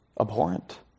abhorrent